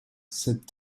cette